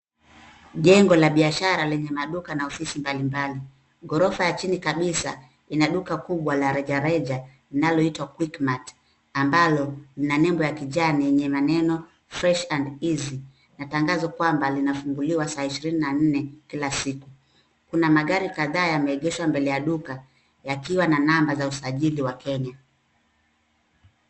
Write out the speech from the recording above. Jengo la biashara lenye maduka na ofisi mbalimbali. Ghorofa ya chini kabisa, ina duka kubwa la rejareja linaloitwa QuickMart ambalo lina nebo ya kijani yenye maneno Fresh&Easy na tangazo kwamba linafunguliwa saa ishirini na nne kila siku. Kuna magari kadhaa yameegeshwa mbele ya duka, yakiwa na namba za usajili wa Kenya.